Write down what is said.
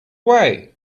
way